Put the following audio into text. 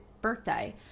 birthday